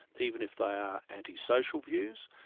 even if they are antisocial views,